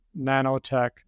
nanotech